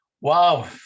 Wow